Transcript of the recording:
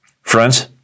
Friends